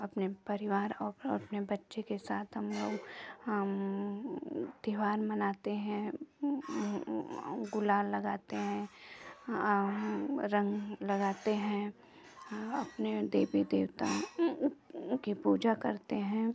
अपने परिवार और अपने बच्चे के साथ हम लोग त्यौहार मनाते हैं गुलाल लगाते हैं रंग लगाते हैं अपने देवी देवताओं की पूजा करते हैं